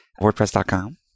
wordpress.com